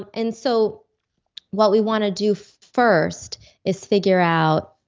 and and so what we want to do first is figure out,